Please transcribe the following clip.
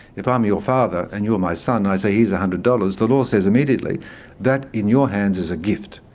if i'm your father and you're my son and i say, here's a hundred dollars, the law says immediately that, in your hands, is a gift.